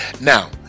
Now